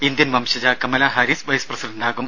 Indian വംശജ Kamala Harris vice പ്രസിഡന്റാകും